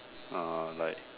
uh like